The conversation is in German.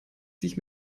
sich